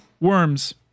Worms